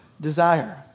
desire